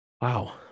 Wow